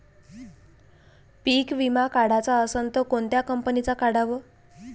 पीक विमा काढाचा असन त कोनत्या कंपनीचा काढाव?